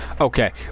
Okay